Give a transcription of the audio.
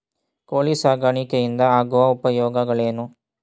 ಕೋಳಿ ಸಾಕಾಣಿಕೆಯಿಂದ ಆಗುವ ಉಪಯೋಗಗಳೇನು?